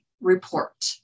Report